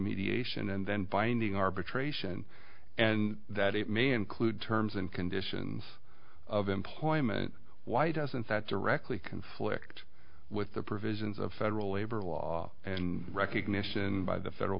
mediation and then binding arbitration and that it may include terms and conditions of employment why doesn't that directly conflict with the provisions of federal labor law and recognition by the federal